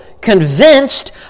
convinced